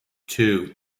two